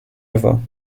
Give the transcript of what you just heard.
river